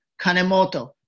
Kanemoto